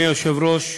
אדוני היושב-ראש,